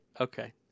okay